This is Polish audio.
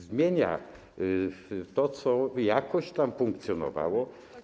Zmienia to, co jakoś tam funkcjonowało.